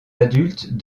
adultes